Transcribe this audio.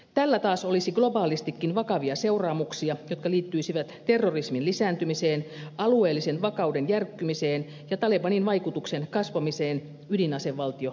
tällä taas olisi globaalistikin vakavia seuraamuksia jotka liittyisivät terrorismin lisääntymiseen alueellisen vakauden järkkymiseen ja talebanin vaikutuksen kasvamiseen ydinasevaltio pakistanissa